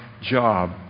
job